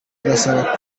arasaba